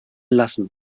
lassen